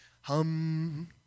hum